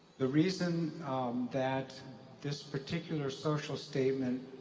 the reason that this particular social statement